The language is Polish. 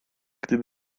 gdyby